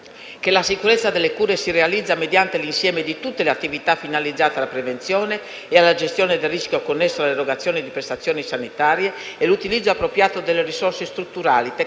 che la sicurezza delle cure si realizza mediante l'insieme di tutte le attività finalizzate alla prevenzione e alla gestione del rischio connesso all'erogazione di prestazioni sanitarie e l'utilizzo appropriato delle risorse strutturali, tecnologiche